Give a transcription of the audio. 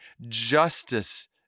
justice